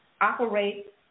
operate